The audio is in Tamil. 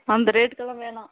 அந்த ரேட்டுக்கெல்லாம் வேணாம்